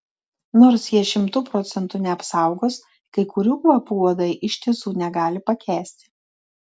nors jie šimtu procentų neapsaugos kai kurių kvapų uodai iš tiesų negali pakęsti